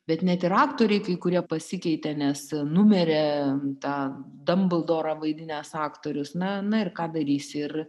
bet net ir aktoriai kai kurie pasikeitė nes numirė tą dambldorą vaidinęs aktorius na na ir ką darysi ir